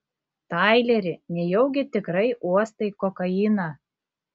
taileri nejaugi tikrai uostai kokainą